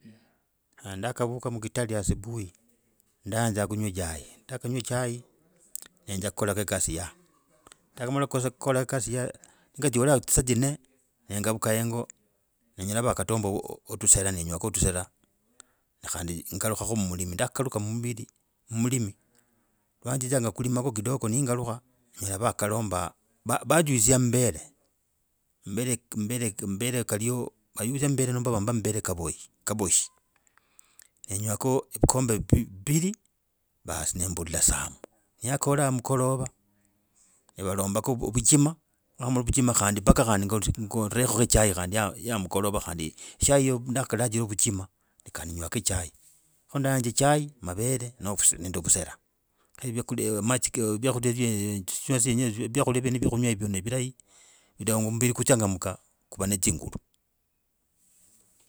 akavuka mkitali asubuhi, ndayanza kunywa chai, ndakanywa echai nenzya kolako ekasi ya. Ndakamala kola ekasi, nizyakola tsisaa tsinne, nengaluka yingo, nenyola vakatomba otusala, nenywako tusala nengalukako mu mulimi, ndakakaluka mu mumbili, mulimi lwa nzinzadzanga kulimako kidogo nengaluka nyola vakalomba. Bajuisa mambere, mambere kaliho, bajuisa mambere nomba bambe mambere kabohi, nenywako vikombe bibiri baas nembuula sawa. Niyakola amukolava nivalombako vichima khandi mpaka khandi ngolrekho chai khandi ya amukalova khandi, khandi chai nakhalachrako vuchima kandi nywako chai. Ko nayanza chai, mavere nende vusela. Vyakula eeh vya kung’wa hivyo nevileyi vidomba mbiri kuchangamka kuva netsingulu.